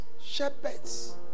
shepherds